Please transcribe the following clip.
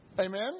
Amen